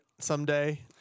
someday